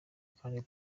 kandi